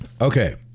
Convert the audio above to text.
Okay